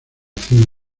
acción